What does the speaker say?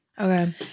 Okay